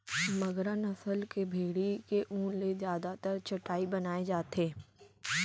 मगरा नसल के भेड़ी के ऊन ले जादातर चटाई बनाए जाथे